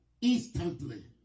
instantly